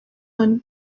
hano